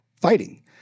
fighting